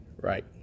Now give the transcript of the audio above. Right